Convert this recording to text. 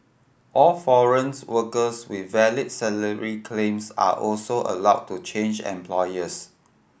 all foreign workers with valid salary claims are also allowed to change employers